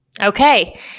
Okay